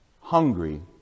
hungry